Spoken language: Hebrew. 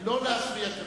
לא להפריע כרגע.